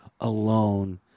alone